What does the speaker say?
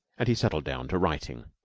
and he settled down to writing.